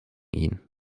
ihn